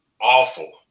awful